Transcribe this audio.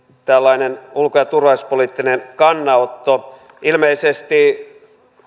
tällainen ulko ja turvallisuuspoliittinen kannanotto ilmeisesti